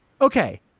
okay